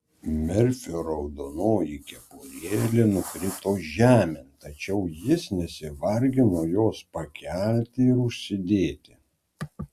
merfio raudonoji kepurėlė nukrito žemėn tačiau jis nesivargino jos pakelti ir užsidėti